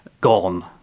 gone